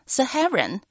Saharan